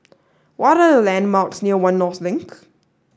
what are the landmarks near One North Link